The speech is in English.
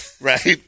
right